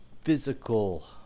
physical